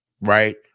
right